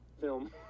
film